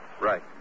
Right